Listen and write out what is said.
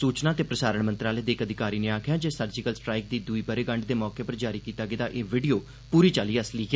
सूचना ते प्रसारण मंत्रालय दे इक अधिकारी नै आक्खेआ जे सर्जिकल स्ट्राइक दी दूई ब'रेगंड दे मौके उप्पर जारी कीता गेदा एह् वीडियो पूरी चाल्ली असली ऐ